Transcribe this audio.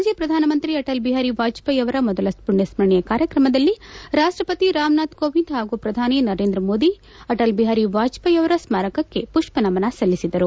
ಮಾಜಿ ಪ್ರಧಾನಮಂತ್ರಿ ಅಟಲ್ ಬಿಹಾರಿ ವಾಜಪೇಯಿ ಅವರ ಮೊದಲ ಮಣ್ಣಸ್ಗರಣೆ ಕಾರ್ಯಕ್ರಮದಲ್ಲಿ ರಾಷ್ವಪತಿ ರಾಮನಾಥ ಕೋವಿಂದ್ ಹಾಗೂ ಪ್ರಧಾನಿ ನರೇಂದ್ರ ಮೋದಿ ಅಟಲ್ ಬಿಹಾರ್ ವಾಜಪೇಯಿ ಅವರ ಸ್ಗಾರಕಕ್ಕೆ ಪುಪ್ವನಮನ ಸಲ್ಲಿಸಿದರು